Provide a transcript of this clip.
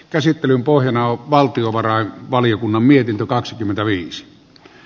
käsittelyn pohjana on valtiovarainvaliokunnan mietintö kakskymmentäviis